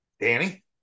Danny